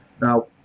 now